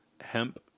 hemp